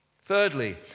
Thirdly